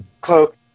Cloak